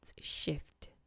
shift